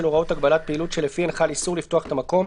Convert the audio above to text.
הוראות הגבלת פעילות שלפיהן חל איסור לפתוח את המקום,